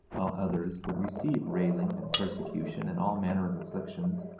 while others would receive railing and persecution and all manner of afflictions,